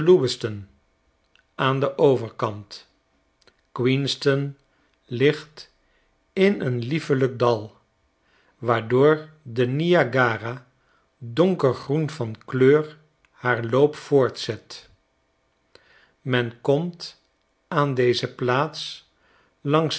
aan den overkant queenston ligt in een liefelijk dal waardoor de niagara donkergroen van kleur haar loop voortzet men komt aan deze plaats langs